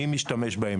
מי משתמש בהם?